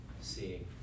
seeing